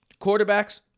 quarterbacks